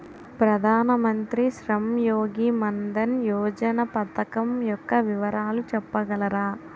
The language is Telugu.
ప్రధాన మంత్రి శ్రమ్ యోగి మన్ధన్ యోజన పథకం యెక్క వివరాలు చెప్పగలరా?